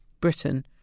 Britain